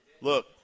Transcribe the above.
look